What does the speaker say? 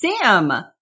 Sam